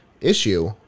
issue